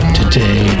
today